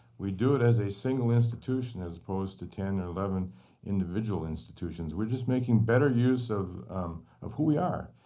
we do it as a single institution as opposed to ten or eleven individual institutions. we're just making better use of a who we are,